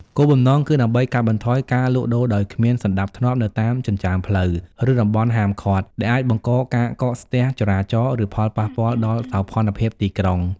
គោលបំណងគឺដើម្បីកាត់បន្ថយការលក់ដូរដោយគ្មានសណ្តាប់ធ្នាប់នៅតាមចិញ្ចើមផ្លូវ ឬតំបន់ហាមឃាត់ ដែលអាចបង្កការកកស្ទះចរាចរណ៍ ឬប៉ះពាល់ដល់សោភ័ណភាពទីក្រុង ។